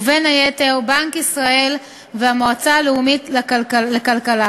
ובין היתר בנק ישראל והמועצה הלאומית לכלכלה.